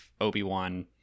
Obi-Wan